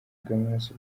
bw’amaraso